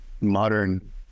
modern